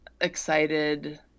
excited